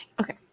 Okay